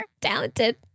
talented